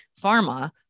pharma